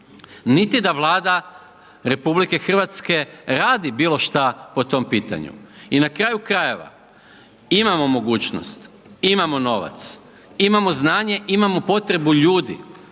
niti da Vlada RH, radi bilo što po tom pitanju. I na kraju krajeva, imamo mogućnost, imamo novac, imamo znanje, imamo potrebu ljudi,